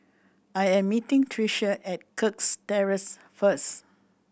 I am meeting Tricia at Kirk Terrace first